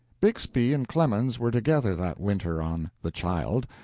bixby and clemens were together that winter on the child,